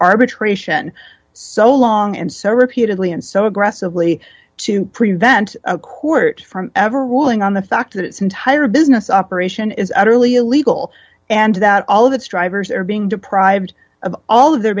arbitration so long and so repeatedly and so aggressively to prevent a court from ever ruling on the fact that its entire business operation is utterly illegal and that all of its drivers are being deprived of all of their